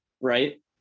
right